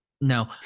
no